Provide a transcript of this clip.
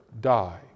die